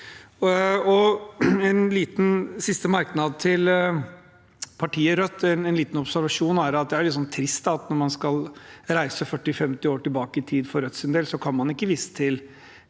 En liten siste merknad til partiet Rødt: En liten observasjon er at det er litt trist at når man skal reise 40–50 år tilbake i tid, kan man for Rødts del ikke vise til